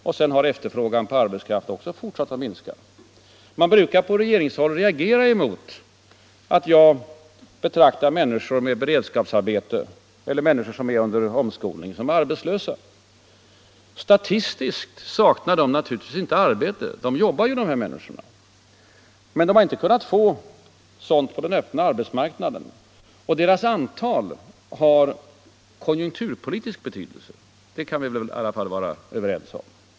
Och sedan har efterfrågan på arbetskraft fortsatt att minska. Regeringen brukar reagera mot att jag betraktar människor med beredskapsarbete eller människor som är under omskolning som arbetslösa. Statistiskt saknar de naturligtvis inte arbete — de jobbar ju — men de har inte kunnat få arbete på den öppna marknaden. Och deras antal har konjunkturpolitisk betydelse. Det kan vi väl i alla fall vara överens om.